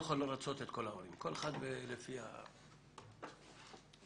בלי לפגוע בפקידים,